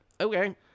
Okay